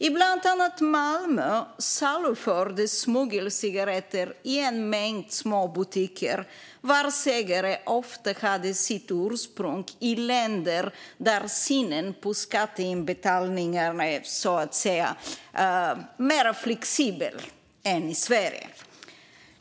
I bland annat Malmö salufördes smuggelcigaretter i en mängd små butiker, vars ägare ofta hade sitt ursprung i länder där synen på skatteinbetalningar är så att säga mer flexibel än i Sverige.